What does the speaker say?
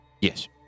Yes